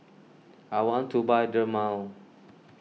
I want to buy Dermale